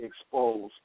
exposed